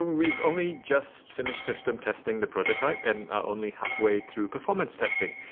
we've only just finished system testing the prototype and are only halfway through performance testing.